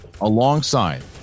alongside